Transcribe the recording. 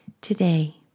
Today